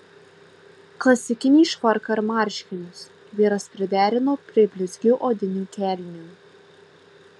klasikinį švarką ir marškinius vyras priderino prie blizgių odinių kelnių